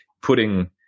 putting